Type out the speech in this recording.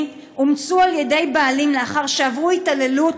אומצו על ידי בעליהם לאחר שעברו התעללות,